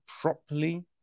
properly